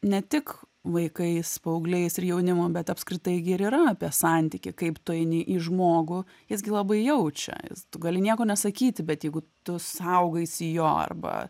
ne tik vaikais paaugliais ir jaunimu bet apskritai gi ir yra apie santykį kaip tu eini į žmogų jis gi labai jaučia tu gali nieko nesakyti bet jeigu tu saugaisi jo arba